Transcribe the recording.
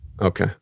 Okay